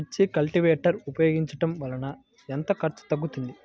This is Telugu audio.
మిర్చి కల్టీవేటర్ ఉపయోగించటం వలన ఎంత ఖర్చు తగ్గుతుంది?